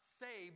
say